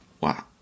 Wow